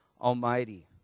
Almighty